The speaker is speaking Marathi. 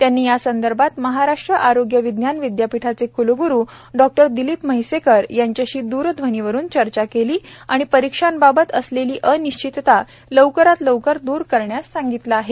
त्यांनी या संदर्भात महाराष्ट्र आरोग्य विज्ञान विद्यापीठाचे कुलग्रू डॉक्टर दिलीप म्हैसेकर यांच्याशी द्रध्वनीवर चर्चा केली आणि परीक्षांबाबत असलेली अनिश्वितता लवकरात लवकर दूर करण्यास सांगितलं आहे